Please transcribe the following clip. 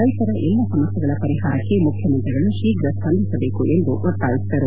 ರೈತರ ಎಲ್ಲ ಸಮಸ್ಟೆಗಳ ಪರಿಹಾರಕ್ಕೆ ಮುಖ್ಚಮಂತ್ರಿಗಳು ಶೀಘ್ರ ಸ್ಪಂದಿಸಬೇಕು ಎಂದು ಒತ್ತಾಯಿಸಿದರು